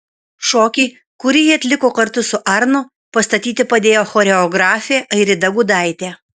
šokį kurį jį atliko kartu su arnu pastatyti padėjo choreografė airida gudaitė